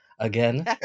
Again